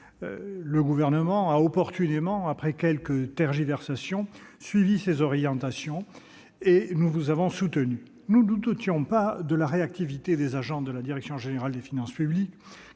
Le Gouvernement a opportunément, après quelques tergiversations, suivi ces orientations et nous l'avons soutenu. Nous ne doutions pas de la réactivité des agents de la direction générale des finances publiques,